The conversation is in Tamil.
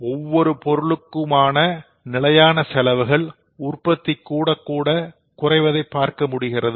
ஒவ்வொரு ஒவ்வொரு பொருளுக்குமான நிலையான செலவுகள் உற்பத்தி கூடக்கூட குறைவதை பார்க்க முடிகிறது